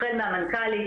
החל מהמנכ"לית,